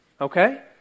okay